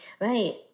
Right